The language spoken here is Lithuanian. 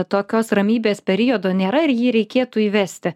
tokios ramybės periodo nėra ir jį reikėtų įvesti